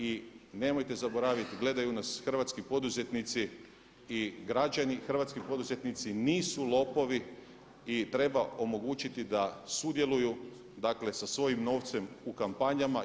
I nemojte zaboraviti gledaju nas hrvatski poduzetnici i građani, hrvatski poduzetnici nisu lopovi i treba omogućiti da sudjeluju, dakle sa svojim novcem u kampanjama.